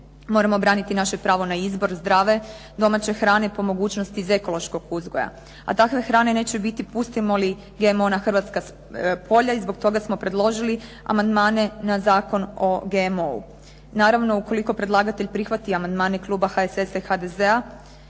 Moramo braniti naše pravo na izbor zdrave domaće hrane, po mogućnosti iz ekološkog uzgoja, a takve hrane neće biti pustimo li GMO na hrvatska polja i zbog toga smo predložili amandmane na Zakon o GMO-u. Naravno ukoliko predlagatelj prihvati amandmane kluba HSS-a i HDZ-a,